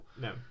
no